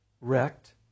wrecked